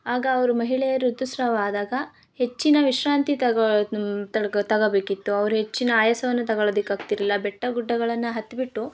ಆಗ ಅವರು ಮಹಿಳೆಯ ಋತುಸ್ರಾವ ಆದಾಗ ಹೆಚ್ಚಿನ ವಿಶ್ರಾಂತಿ ತಗೋ ತಗೋ ತಗೋಬೇಕಿತ್ತು ಅವರು ಹೆಚ್ಚಿನ ಆಯಾಸವನ್ನು ತಗೋಳೋದಿಕ್ಕೆ ಆಗ್ತಾಯಿರಲಿಲ್ಲ ಬೆಟ್ಟ ಗುಡ್ಡಗಳನ್ನ ಹತ್ತಿಬಿಟ್ಟು